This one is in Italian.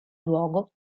luogo